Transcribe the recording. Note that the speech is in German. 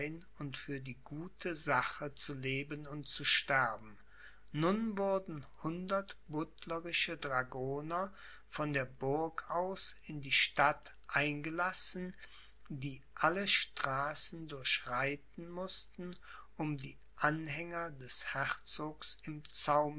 und für die gute sache zu leben und zu sterben nun wurden hundert buttlerische dragoner von der burg aus in die stadt eingelassen die alle straßen durchreiten mußten um die anhänger des herzogs im zaum